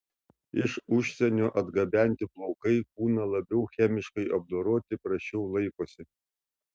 iš užsienio atgabenti plaukai būna labiau chemiškai apdoroti prasčiau laikosi